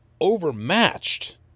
overmatched